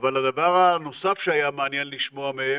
אבל הדבר הנוסף שהיה מעניין לשמוע מהם,